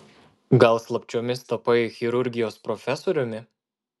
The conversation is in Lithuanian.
gal slapčiomis tapai chirurgijos profesoriumi